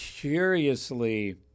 curiously